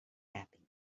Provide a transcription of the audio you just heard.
happy